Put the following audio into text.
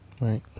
Right